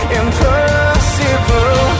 impossible